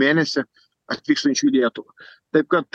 mėnesį atvykstančių į lietuvą taip kad